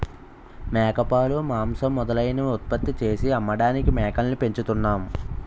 మేకపాలు, మాంసం మొదలైనవి ఉత్పత్తి చేసి అమ్మడానికి మేకల్ని పెంచుతున్నాం